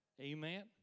Amen